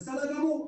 בסדר גמור,